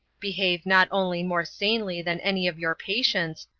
behave not only more sanely than any of your patients,